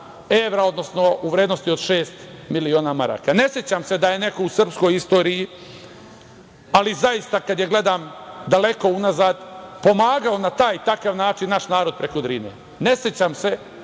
odnosno u vrednosti od šest miliona maraka. Ne sećam se da je neko u srpskoj istoriji, ali zaista, kad je gledam daleko unazad, pomagao na taj i takav način naš narod preko Drine. Ne sećam se